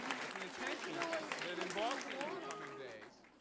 with the intention that in boston in the coming days,